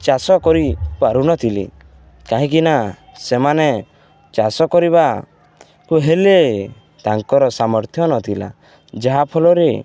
ଚାଷ କରିପାରୁନଥିଲି କାହିଁକିନା ସେମାନେ ଚାଷ କରିବାକୁ ହେଲେ ତାଙ୍କର ସାମର୍ଥ୍ୟ ନଥିଲା ଯାହାଫଳରେ